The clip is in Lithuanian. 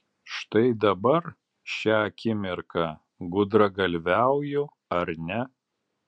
štai dabar šią akimirką gudragalviauju ar ne